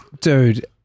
dude